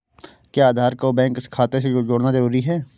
क्या आधार को बैंक खाते से जोड़ना जरूरी है?